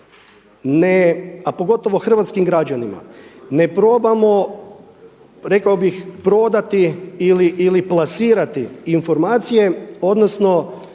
a pogotovo hrvatskim građanima ne probamo, rekao bih prodati ili plasirati informacije odnosno